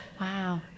Wow